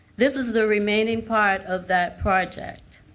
this is the remaining part of that project.